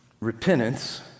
Repentance